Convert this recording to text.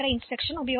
எனவே MOV B A